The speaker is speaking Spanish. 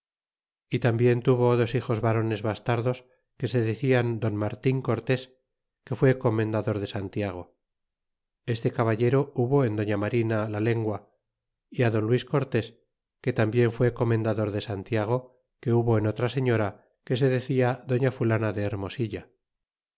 y tambien tuvo dos hijos varones bastardos que se decian don martin cortés que fué comendador de santiago este caballero hubo en doña marina la lengua e don luis cortés que tambien fué comendador de san tiago que hubo en otra señora que se decia doña fulana de hermosillo